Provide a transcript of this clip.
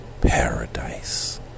paradise